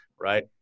right